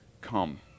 come